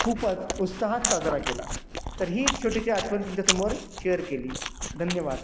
खूपच उत्साहात साजरा केला तर ही एक छोटीशी आठवण तुमच्या समोर शेअर केली धन्यवाद